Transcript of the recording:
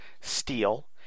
Steel